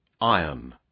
Iron